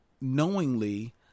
knowingly